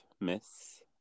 miss